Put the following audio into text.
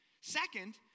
Second